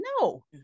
no